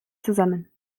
zusammen